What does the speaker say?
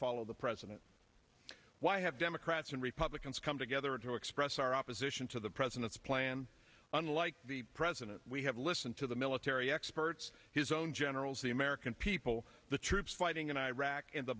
follow the president why have democrats and republicans come together to express our opposition to the president's plan unlike the president we have listened to the military experts his own generals the american people the troops fighting in iraq and the